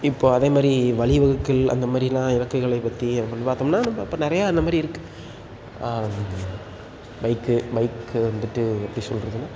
இப்போது அதே மாதிரி வழிவகுக்கல் அந்த மாதிரிலாம் இலக்குகளைப் பற்றி அப்படி பார்த்தோம்னா நம்ப இப்போ நிறையா அந்த மாதிரி இருக்குது பைக்கு பைக்கு வந்துட்டு எப்படி சொல்வதுனா